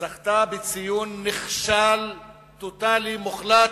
זכתה בציון נכשל טוטלי, מוחלט,